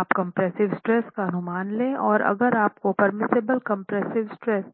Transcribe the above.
आप compressive stress का अनुमान ले और अगर आपको पेर्मिसिबल कंप्रेसिव स्ट्रेस